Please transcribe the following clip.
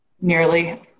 nearly